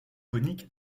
conique